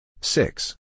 Six